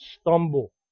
stumble